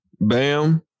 Bam